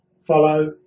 Follow